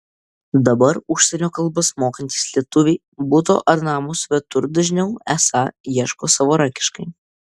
dabar užsienio kalbas mokantys lietuviai buto ar namo svetur dažniau esą ieško savarankiškai